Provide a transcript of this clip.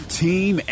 team